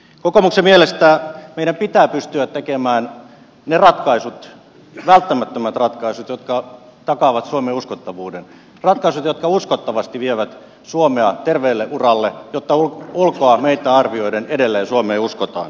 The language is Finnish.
kokoomuksen mielestä meidän pitää pystyä tekemään ne ratkaisut välttämättömät ratkaisut jotka takaavat suomen uskottavuuden ratkaisut jotka uskottavasti vievät suomea terveelle uralle jotta ulkoa meitä arvioiden edelleen suomeen uskotaan